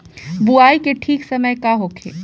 बुआई के ठीक समय का होखे?